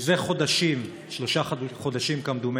זה חודשים, שלושה חודשים, כמדומני,